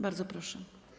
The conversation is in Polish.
Bardzo proszę.